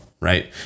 right